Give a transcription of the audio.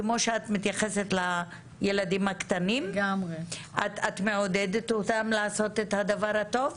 זה כמו שאת מתייחסת לילדים הקטנים: את מעודדת אותם לעשות את הדבר הטוב,